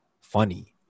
funny